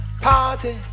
party